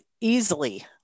easily